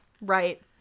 Right